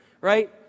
right